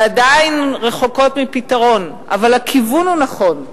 ועדיין רחוקות מפתרון, אבל הכיוון הוא נכון,